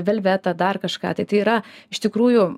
velvetą dar kažką tai yra iš tikrųjų